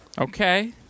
okay